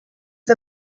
the